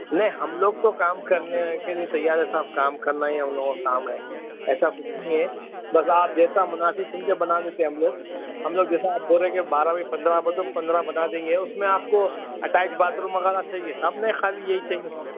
نہیں ہم لوگ تو کام کرنے کے لیے تیار ہیں صاحب کام کرنا ہی ہم لوگوں کا کام ہے ایسا کچھ نہیں ہے بس آپ جیسا مناسب سمجھے بنا دیتے ہیں ہم لوگ ہم لوگ جیسا آپ بول رہے ہیں کہ بارہ بائی پندرہ پندرہ بنا دیں گے اُس میں آپ کو اٹیچ باتھ روم وغیرہ چاہیے آپ نے خالی یہی چاہیے صاحب